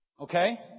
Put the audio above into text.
Okay